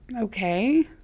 okay